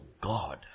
God